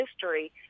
history